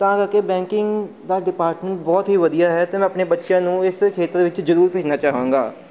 ਤਾਂ ਕਰਕੇ ਬੈਂਕਿੰਗ ਦਾ ਡਿਪਾਰਟਮੈਂਟ ਬਹੁਤ ਹੀ ਵਧੀਆ ਹੈ ਅਤੇ ਮੈਂ ਆਪਣੇ ਬੱਚਿਆਂ ਨੂੰ ਇਸ ਖੇਤਰ ਵਿੱਚ ਜ਼ਰੂਰ ਭੇਜਣਾ ਚਾਹਾਂਗਾ